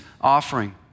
offering